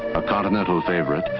a continental favourite,